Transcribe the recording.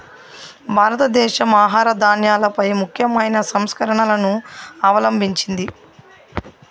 భారతదేశం ఆహార ధాన్యాలపై ముఖ్యమైన సంస్కరణలను అవలంభించింది